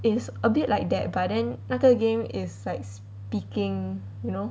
is a bit like that but then 那个 game is speaking you know